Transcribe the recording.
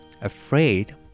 afraid